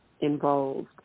involved